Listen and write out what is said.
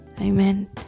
amen